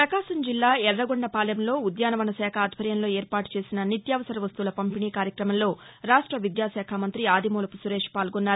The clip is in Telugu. ప్రకాశం జిల్లా యుర్రగొండపాలెంలో ఉద్యానవన శాఖ ఆధ్వర్యంలో ఏర్పాటు చేసిన నిత్యావసర వస్తువుల పంపిణీ కార్యక్రమంలో రాష్ట విద్యాశాఖ మంతి ఆదిమూలపు సురేష్ పాల్గొన్నారు